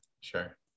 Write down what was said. sure